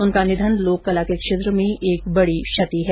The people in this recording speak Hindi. उनका निधन लोक कला क्षेत्र में एक बड़ी क्षति है